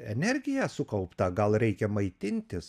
energiją sukauptą gal reikia maitintis